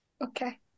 Okay